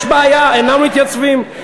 יש בעיה, אינם מתייצבים.